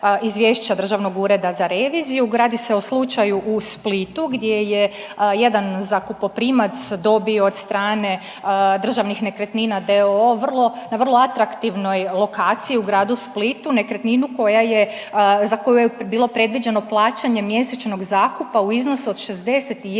izvješća Državnog ureda za reviziju. Radi se o slučaju u Splitu gdje je jedan zakupoprimac dobio od strane Državnih nekretnina d.o.o. vrlo, na vrlo atraktivnoj lokaciji u gradu Splitu nekretninu koja je, za koju je bilo predviđeno plaćanje mjesečnog zakupa u iznosu od 61